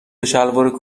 شلوار